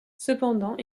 cependant